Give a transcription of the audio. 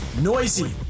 Noisy